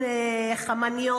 הגנה.